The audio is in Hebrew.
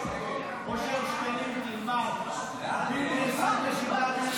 הכללת אמצעי זיהוי ביומטריים -- אתה לא יכול להגיד דבר